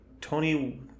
Tony